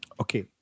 Okay